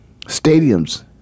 stadiums